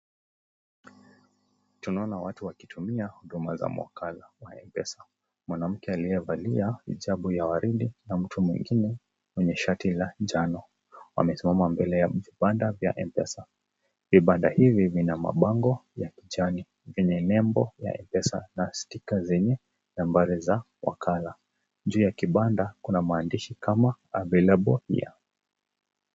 Tunaona watu wakitumia huduma za mwakala ama Mpesa. Mwanamke aliyevalia hijabu ya waridi na mtu mwingine mwenye shati la njano wawesimama mbele ya vibanda vya Mpesa . Vibanda hivi vina mabango ya kijani vyenye nembo ya Mpesa na sticker zenye nambari za wakala. Juu ya kibanda kuna maandishi kama, (Cs)Available here